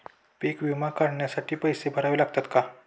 पीक विमा काढण्यासाठी पैसे भरावे लागतात का?